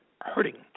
hurting